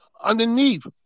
underneath